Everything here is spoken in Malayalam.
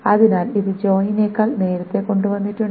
അതിനാൽ ഇത് ജോയിനേക്കാൾ നേരത്തെ കൊണ്ടുവന്നിട്ടുണ്ട്